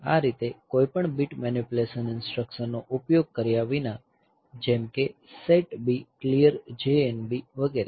આ રીતે કોઈપણ બીટ મેનીપ્યુલેશન ઇન્સટ્રકશનનો ઉપયોગ કર્યા વિના જેમ કે સેટ B ક્લિયર JNB વગેરે